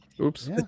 Oops